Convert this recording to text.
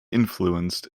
influenced